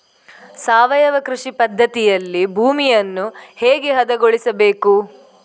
ಸಾವಯವ ಕೃಷಿ ಪದ್ಧತಿಯಲ್ಲಿ ಭೂಮಿಯನ್ನು ಹೇಗೆ ಹದಗೊಳಿಸಬೇಕು?